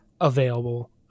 available